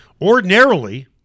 Ordinarily